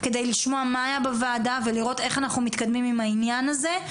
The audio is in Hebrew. כדי לשמוע מה היה בוועדה ולראות איך אנחנו מתקדמים עם העניין הזה,